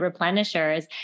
replenishers